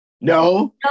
No